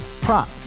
Prop